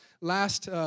last